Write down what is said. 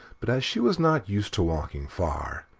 but as she was not used to walking far,